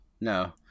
No